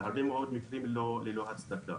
בהרבה מאוד מקרים ללא הצדקה.